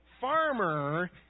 farmer